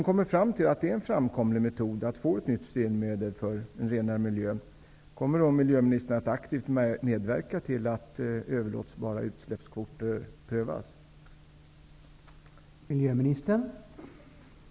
Kommer miljöministern att aktivt medverka till att överlåtelsebara utsläppskvoter prövas om den kommer fram till att det är en framkomlig metod för att få ett nytt styrmedel för en renare miljö?